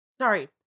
Sorry